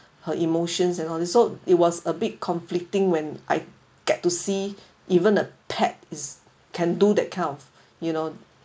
her emotions and all this so it was a big conflicting when I get to see even a pet is can do that kind of you know